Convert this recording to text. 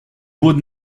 would